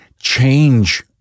change